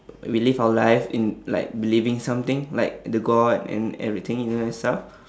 we live our life in like believing something like the god and everything you know that stuff